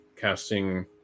casting